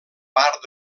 part